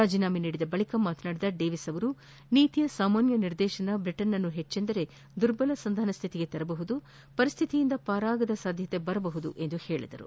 ರಾಜೀನಾಮೆ ನೀಡಿದ ಬಳಿಕ ಮಾತನಾಡಿದ ಡೇವಿಸ್ ಅವರು ನೀತಿಯ ಸಾಮಾನ್ಯ ನಿರ್ದೇತನ ಬ್ರಿಟನ್ನನ್ನು ಹೆಜ್ಜೆಂದರೆ ದುರ್ಬಲ ಸಂಧಾನ ಸ್ವಿತಿಗೆ ತರಬಹುದು ಪರಿಸ್ವಿತಿಯಿಂದ ಪಾರಾಗದ ಸಾಧ್ಯತೆ ಬರಬಹುದು ಎಂದು ಹೇಳಿದರು